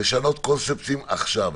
לשנות קונספטים עכשיו.